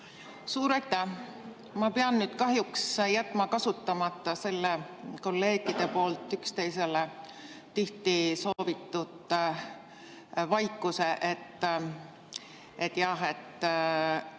Suur aitäh! Ma pean nüüd kahjuks jätma kasutamata selle kolleegide poolt üksteisele tihti soovitud vaikuse, et parem